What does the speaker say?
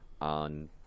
on